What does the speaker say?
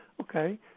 Okay